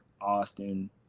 Austin